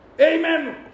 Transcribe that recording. Amen